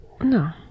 No